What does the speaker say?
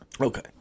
okay